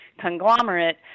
conglomerate